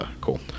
cool